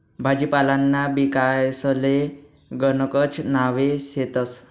भाजीपालांना बियांसले गणकच नावे शेतस